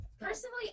Personally